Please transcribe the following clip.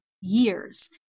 years